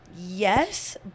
Yes